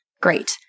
great